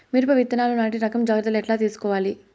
మిరప విత్తనాలు నాటి రకం జాగ్రత్తలు ఎట్లా తీసుకోవాలి?